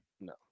No